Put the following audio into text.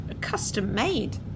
custom-made